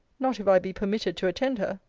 not if i be permitted to attend her.